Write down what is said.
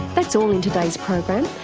that's all in today's program,